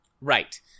Right